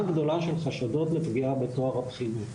גדולה של חשדות לפגיעה בטוהר הבחינות,